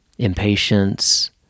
Impatience